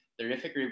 terrific